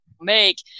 make